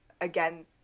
again